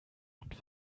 und